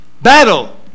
Battle